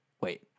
Wait